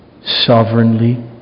sovereignly